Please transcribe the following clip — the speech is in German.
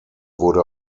wurde